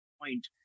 point